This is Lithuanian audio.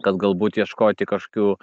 kad galbūt ieškoti kažkių